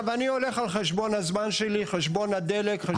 אני הולך על חשבון הזמן שלי, חשבון הדלק.